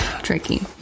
Tricky